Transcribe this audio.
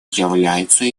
является